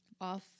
off